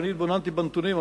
כשאני התבוננתי בנתונים,